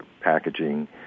packaging